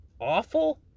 awful